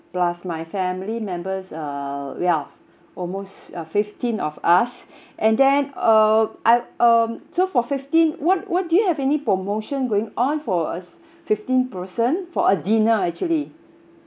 plus my family members uh ya almost uh fifteen of us and then uh I um so for fifteen what what do you have any promotion going on for us fifteen person for a dinner actually